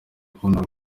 kuntora